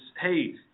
hey